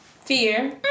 fear